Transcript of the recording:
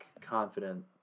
confident